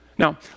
Now